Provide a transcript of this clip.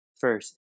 first